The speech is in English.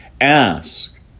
ask